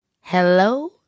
Hello